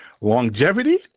Longevity